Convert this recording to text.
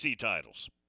titles